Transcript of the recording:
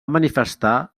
manifestar